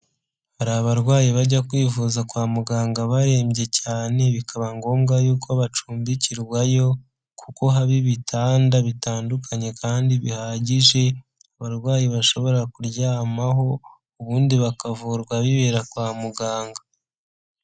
Hari abarwayi bajya kwivuza kwa muganga barembye cyane bikaba ngombwa yuko bacumbikirwayo, kuko haba ibitanda bitandukanye kandi bihagije abarwayi bashobora kuryamaho ubundi bakavurwa bibera kwa muganga.